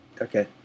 Okay